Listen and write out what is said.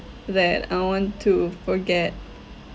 that I want to forget